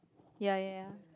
ya ya ya